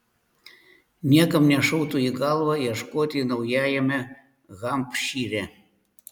niekam nešautų į galvą ieškoti naujajame hampšyre